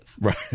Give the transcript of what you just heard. Right